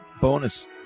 bonus